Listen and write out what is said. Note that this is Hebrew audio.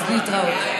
אז להתראות.